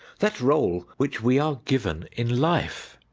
that role which we are given in life.